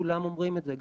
כולם אומרים את זה,